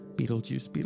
Beetlejuice